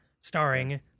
starring